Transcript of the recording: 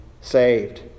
saved